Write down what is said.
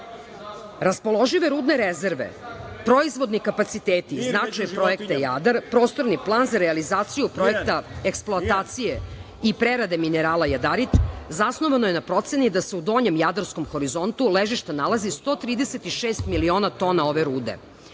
rudne rezerve, proizvodni kapaciteti i značaj projekta Jadar, prostorni plan za realizaciju projekta eksploatacije i prerade minerala jadarit zasnovano je na proceni da se u donjem Jadarskom horizontu ležišta nalazi 136 miliona tone rude